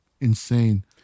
insane